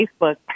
Facebook